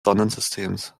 sonnensystems